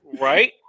Right